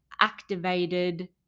activated